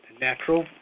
natural